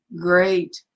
great